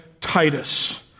Titus